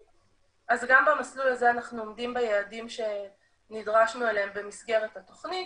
אז גם במסלול הזה אנחנו עומדים ביעדים שנדרשנו אליהם במסגרת התוכנית.